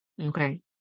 Okay